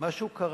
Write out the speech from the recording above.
משהו קרה.